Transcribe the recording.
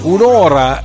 Un'ora